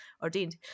ordained